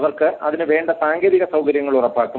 അവർക്ക് അതിന് വേണ്ട സാങ്കേതിക സൌകര്യങ്ങൾ ഉറപ്പാക്കും